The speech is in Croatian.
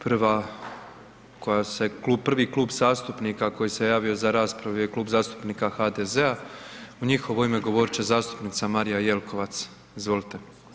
Prva koja se, prvi Klub zastupnika koji se je javio za raspravu, je Klub zastupnika HDZ-a, u njihovo ime govoriti će zastupnica Marija Jelkovac, izvolite.